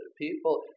people